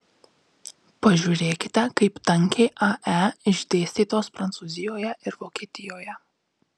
pažiūrėkite kaip tankiai ae išdėstytos prancūzijoje ir vokietijoje